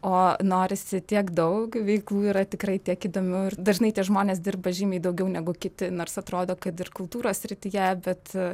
o norisi tiek daug veiklų yra tikrai tiek įdomių ir dažnai tie žmonės dirba žymiai daugiau negu kiti nors atrodo kad ir kultūros srityje bet